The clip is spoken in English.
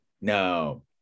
No